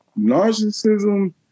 Narcissism